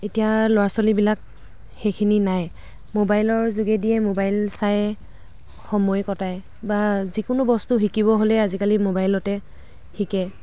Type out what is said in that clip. এতিয়া ল'ৰা ছোৱালীবিলাক সেইখিনি নাই ম'বাইলৰ যোগেদিয়ে ম'বাইল চাই সময় কটাই বা যিকোনো বস্তু শিকিব হ'লেই আজিকালি ম'বাইলতে শিকে